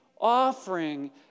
offering